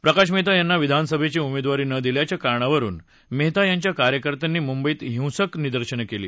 प्रकाश मेहता यांना विधानसभेची उमेदवारी न दिल्याच्या कारणावरून मेहता यांच्या कार्यकर्त्यांनी मुंबईत हिंसक निदर्शनं केली